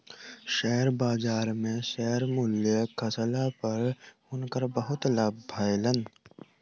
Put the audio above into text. share बजार में share मूल्य खसला पर हुनकर बहुत लाभ भेलैन